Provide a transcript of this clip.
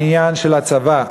העניין של הצבא,